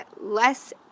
less